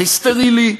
הכי סטרילי,